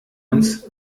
uns